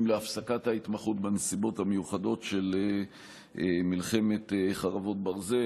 להפסקת ההתמחות בנסיבות המיוחדות של מלחמת חרבות ברזל.